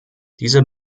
dieser